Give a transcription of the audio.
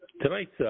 Tonight's